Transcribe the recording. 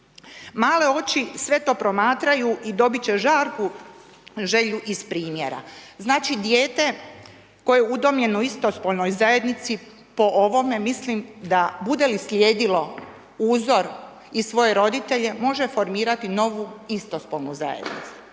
Male oči sve to promatraju i dobiti će žarku želju iz primjera. Znači, dijete koje je udomljeno u istospolonoj zajednici, po ovome, mislim da, bude li slijedilo uzor i svoje roditelje, može formirati novi istospolnu zajednicu.